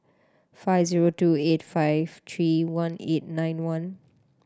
five zero two eight five three one eight nine one